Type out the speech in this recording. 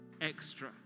extra